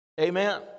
amen